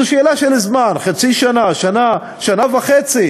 זה עניין של זמן, חצי שנה, שנה, שנה וחצי,